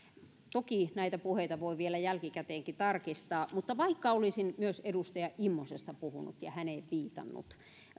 toki näitä puheita voi vielä jälkikäteenkin tarkistaa mutta vaikka olisin myös edustaja immosesta puhunut ja häneen viitannut